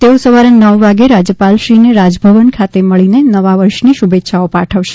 તેઓ સવારે નવ વાગે રાજ્યપાલશ્રીને રાજભવન ખાતે મળીને નવા વર્ષની શુભેચ્છાઓ પાઠવશે